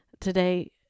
Today